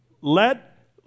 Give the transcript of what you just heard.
Let